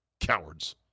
Cowards